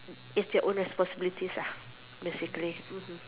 it's their own responsibilities ah basically mmhmm